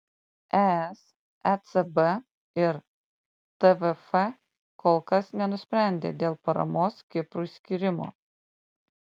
es ecb ir tvf kol kas nenusprendė dėl paramos kiprui skyrimo